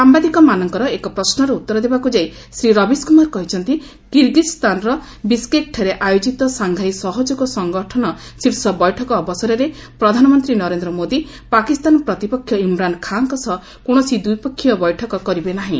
ସାମ୍ବାଦିକମାନଙ୍କର ଏକ ପ୍ରଶ୍ୱର ଉତ୍ତର ଦେବାକୁ ଯାଇ ଶ୍ରୀ ରବିଶକୁମାର କହିଛନ୍ତି କିର୍ଗିକ୍ସାନର ବିସ୍କେକ୍ଠାରେ ଆୟୋଜିତ ସାଙ୍ଘାଇ ସହଯୋଗ ସଙ୍ଗଠନ ଶୀର୍ଷ ବୈଠକ ଅବସରରେ ପ୍ରଧାନମନ୍ତ୍ରୀ ନରେନ୍ଦ୍ର ମୋଦି ପାକିସ୍ତାନ ପ୍ରତିପକ୍ଷ ଇମ୍ରାନ୍ ଖାଁଙ୍କ ସହ କୌଣସି ଦ୍ୱିପକ୍ଷୀୟ ବୈଠକ କରିବେ ନାହିଁ